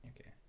okay